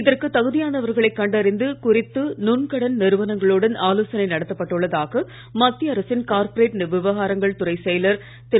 இதற்குத் தகுதியானவர்களை கண்டறிவது குறித்து நுண்கடன் நிறுவனங்களுடன் ஆலோசனை நடத்தப் பட்டுள்ளதாக மத்திய அரசின் கார்பொரேட் விவகாரங்கள் துறைச் செயலர் திரு